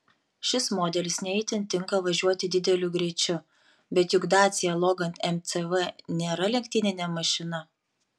šis modelis ne itin tinka važiuoti dideliu greičiu bet juk dacia logan mcv nėra lenktyninė mašina